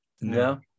No